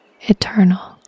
eternal